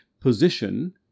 position